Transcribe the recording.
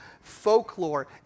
folklore